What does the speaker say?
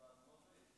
58 בעד, 13